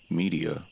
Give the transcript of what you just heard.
media